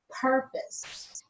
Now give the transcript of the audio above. purpose